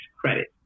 credit